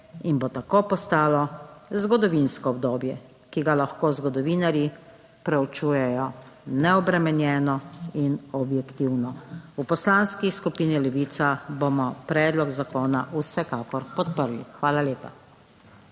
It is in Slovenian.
(nadaljevanje) zgodovinsko obdobje, ki ga lahko zgodovinarji preučujejo neobremenjeno in objektivno. V Poslanski skupini Levica bomo predlog zakona vsekakor podprli. Hvala lepa.